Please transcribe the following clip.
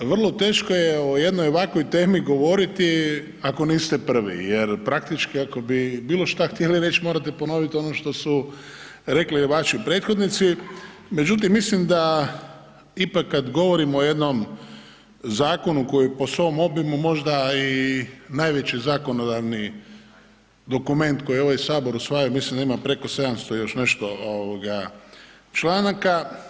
Vrlo teško je u jednoj ovakvoj temi govoriti, ako niste prvi jer praktički ako bi bilo što htjeli reći, morate ponoviti ono što su rekli vaši prethodnici, međutim, mislim da ipak kad govorimo o jednom zakonu koji po svom obimu možda i najveći zakonodavni dokument koji ovaj Sabor usvaja, mislim da ima preko 700 i još nešto članaka.